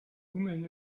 hummeln